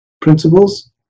principles